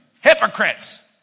hypocrites